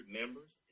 members